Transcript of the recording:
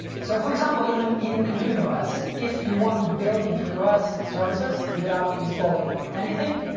so for example in and in includeos, if you want to build includeos services without installing anything,